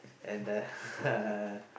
and the uh